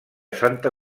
santa